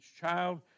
child